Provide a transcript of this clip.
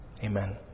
Amen